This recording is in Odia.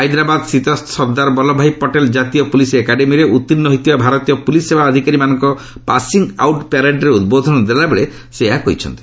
ହାଇଦ୍ରାବାଦସ୍ଥିତ ସର୍ଦ୍ଦାର ବଲ୍ଲଭ ଭାଇ ପଟେଲ ଜାତୀୟ ପୁଲିସ୍ ଏକାଡେମୀରେ ଉତ୍ତୀର୍ଣ୍ଣ ହୋଇଥିବା ଭାରତୀୟ ପୁଲିସ୍ ସେବା ଅଧିକାରୀମାନଙ୍କ ପାସିଙ୍ଗ୍ ଆଉଟ୍ ପ୍ୟାରେଡ୍ରେ ଉଦ୍ବୋଧନ ଦେଲାବେଳେ ସେ ଏହା କହିଛନ୍ତି